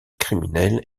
criminelles